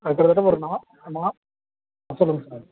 அது கிட்டத்தட்ட ஒரு சொல்லுங்கள் சார்